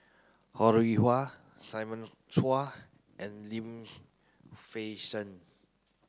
Ho Rih Hwa Simon Chua and Lim Fei Shen